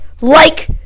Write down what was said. like